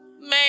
man